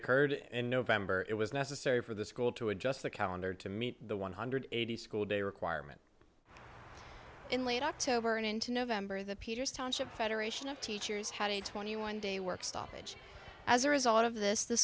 occurred in november it was necessary for the school to adjust the calendar to meet the one hundred eighty school day requirement in late october and into november the peters township federation of teachers had a twenty one day work stoppage as a result of this th